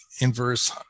inverse